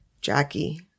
jackie